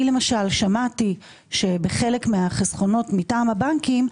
אני למשל שמעתי שבחלק מהחסכונות מטעם הבנקים,